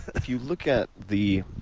if you look at the